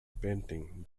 painting